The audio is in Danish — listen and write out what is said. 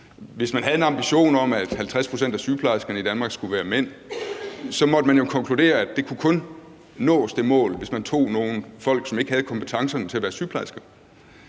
Hvis man havde en ambition om, at 50 pct. af sygeplejerskerne i Danmark skulle være mænd, måtte man jo konkludere, at det mål kun kunne nås, hvis man tog nogle folk, som ikke havde kompetencerne til at være sygeplejerske.